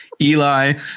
Eli